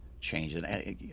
changes